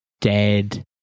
dead